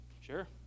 sure